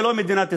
ולא מדינת ישראל,